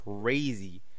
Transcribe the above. crazy